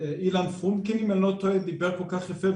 אילן פרומקין אם אני לא טועה דיבר כל כך יפה,